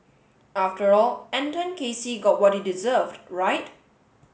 after all Anton Casey got what he deserved right